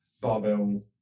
barbell